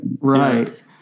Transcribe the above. Right